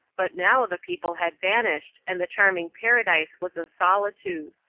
but now the people had vanished and the charming paradise was a solitude.